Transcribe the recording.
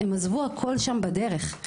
הם עזבו הכול שם בדרך,